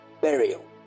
burial